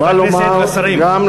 חברי הכנסת והשרים.